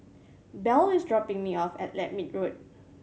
Bell is dropping me off at Lermit Road